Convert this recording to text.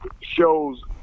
shows